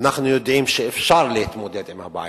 ואנחנו יודעים שאפשר להתמודד עם הבעיה,